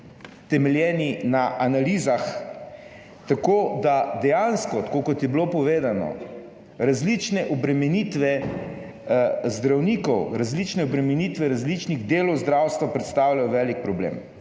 utemeljeni na analizah, tako da dejansko, tako kot je bilo povedano, različne obremenitve zdravnikov, različne obremenitve različnih delov zdravstva predstavljajo velik problem.